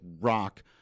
rock